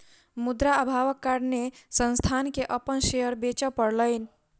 मुद्रा अभावक कारणेँ संस्थान के अपन शेयर बेच पड़लै